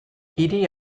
hiri